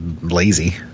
lazy